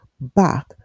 back